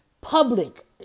public